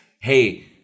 hey—